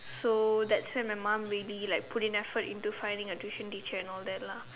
so that's when my mom really like put in effort into finding a tuition teacher and all that lah